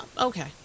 Okay